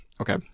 Okay